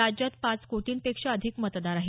राज्यात पाच कोटींपेक्षा अधिक मतदार आहेत